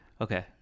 Okay